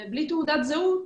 בלי תעודת זהות